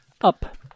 Up